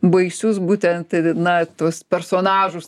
baisius būtent na tuos personažus